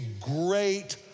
great